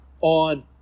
on